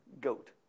goat